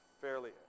fairly